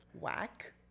whack